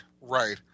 right